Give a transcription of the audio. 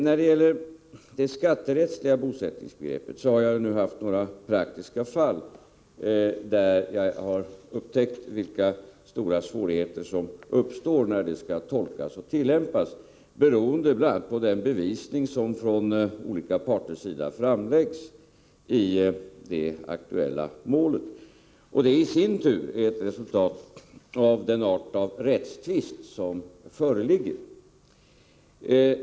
När det gäller det skatterättsliga bosättningsbegreppet har jag i några praktiska fall kunnat konstatera vilka stora svårigheter som uppstår när detta skall tolkas och tillämpas, beroende bl.a. på den bevisning som från olika parters sida framläggs i det aktuella målet. Detta är i sin tur ett resultat av den art av rättstvist som föreligger.